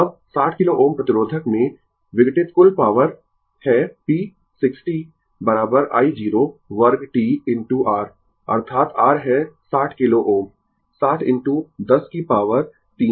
अब 60 किलो Ω प्रतिरोधक में विघटित कुल पॉवर है P 60 i 0 वर्ग t इनटू R अर्थात R है 60 किलो Ω 60 इनटू 10 की पॉवर 3